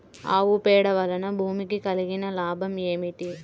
ఆవు పేడ వలన భూమికి కలిగిన లాభం ఏమిటి?